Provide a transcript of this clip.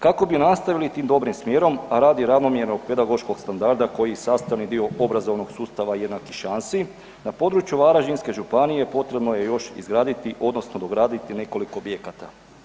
Kako bi nastavili tim dobrim smjerom, a radi ravnomjernog pedagoškog standarda koji je sastavni dio obrazovnog sustava jednakih šansi, na području Varaždinske županije potrebno je još izgraditi odnosno dograditi nekoliko objekata.